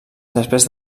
després